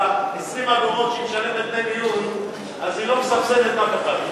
ב-20 אגורות שהיא משלמת דמי ניהול היא לא מסבסדת אף אחד.